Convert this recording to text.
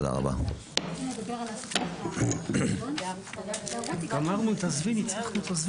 את רוצה לעשות את ההקראה ולהסביר על מה היה הדיון?